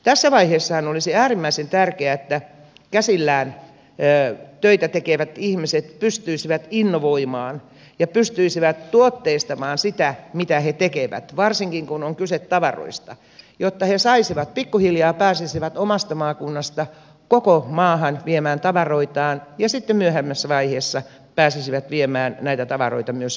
tässä vaiheessahan olisi äärimmäisen tärkeää että käsillään töitä tekevät ihmiset pystyisivät innovoimaan ja pystyisivät tuotteistamaan sitä mitä he tekevät varsinkin kun on kyse tavaroista jotta he pikkuhiljaa pääsisivät omasta maakunnasta koko maahan viemään tavaroitaan ja sitten myöhemmässä vaiheessa pääsisivät viemään näitä tavaroita myös vientiin